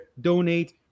donate